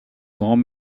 grand